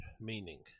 meaning